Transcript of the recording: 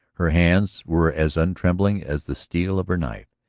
her hands were as untrembling as the steel of her knife.